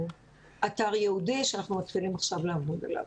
באתר ייעודי שאנחנו מתחילים עכשיו לעבוד עליו,